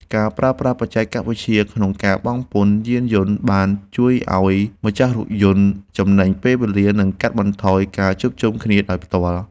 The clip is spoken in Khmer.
ការប្រើប្រាស់បច្ចេកវិទ្យាក្នុងការបង់ពន្ធយានយន្តបានជួយឱ្យម្ចាស់រថយន្តចំណេញពេលវេលានិងកាត់បន្ថយការជួបជុំគ្នាដោយផ្ទាល់។